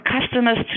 customers